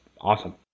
awesome